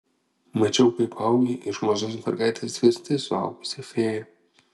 mačiau kaip augi iš mažos mergaitės virsti suaugusia fėja